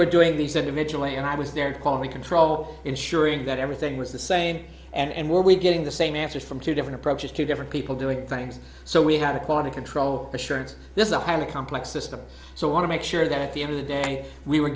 were doing these individual and i was their quality control ensuring that everything was the same and will be getting the same answers from two different approaches to different people doing things so we have a quality control assurance this is a highly complex system so want to make sure that at the end of the day we were